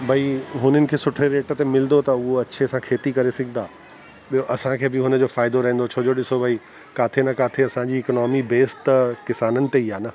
भाई हुननि खे सुठे रेट ते मिलंदो त हू अच्छे सां खेती करे सघंदा ॿियों असांखे बि हुन जो फ़ाइदो रहंदो छो जो ॾिसो भाई किथे न किथे असांजी इकोनॉमी बेस त किसाननि ते ई आहे न